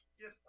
Yes